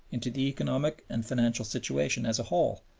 into the economic and financial situation as a whole,